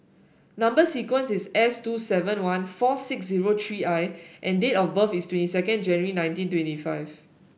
number sequence is S two seven one four six zero three I and date of birth is twenty second January nineteen twenty five